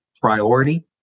priority